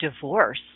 divorce